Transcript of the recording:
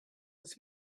has